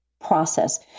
process